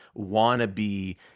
wannabe